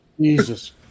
Jesus